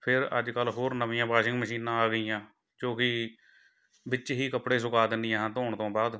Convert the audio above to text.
ਫਿਰ ਅੱਜ ਕੱਲ੍ਹ ਹੋਰ ਨਵੀਆਂ ਵਾਸ਼ਿੰਗ ਮਸ਼ੀਨਾਂ ਆ ਗਈਆਂ ਜੋ ਕਿ ਵਿੱਚ ਹੀ ਕੱਪੜੇ ਸੁੱਕਾ ਦਿੰਦੀਆਂ ਹਨ ਧੋਣ ਤੋਂ ਬਾਅਦ